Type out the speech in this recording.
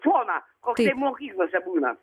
foną koksai mokyklose būna